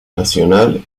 nacional